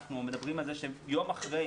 אנחנו מדברים על זה שיום אחרי,